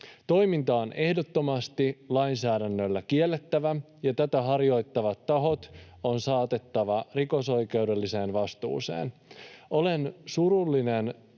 Toiminta on ehdottomasti lainsäädännöllä kiellettävä, ja tätä harjoittavat tahot on saatettava rikosoikeudelliseen vastuuseen. Olen surullinen